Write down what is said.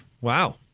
wow